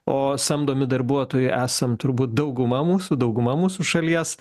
o samdomi darbuotojai esam turbūt dauguma mūsų dauguma mūsų šalies